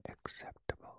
Acceptable